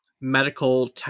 medical